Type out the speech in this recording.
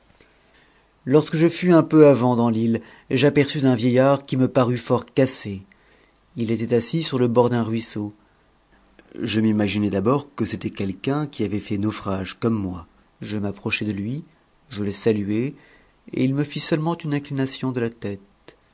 lorsque je fus un peu avant dans l'île j'aperçus un vieillard qui me parut fort cassé il était assis sur le bord d'un ruisseau je m'imaginai d'abord que c'était quelqu'un qui avait fait naufrage comme moi je m'approchai de lui je le saluai et il me fit seulement une inclination de tête